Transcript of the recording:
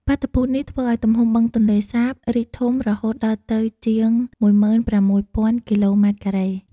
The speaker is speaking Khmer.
បាតុភូតនេះធ្វើឲ្យទំហំបឹងទន្លេសាបរីកធំរហូតដល់ទៅជាង ១៦.០០០ គីឡូម៉ែត្រការ៉េ។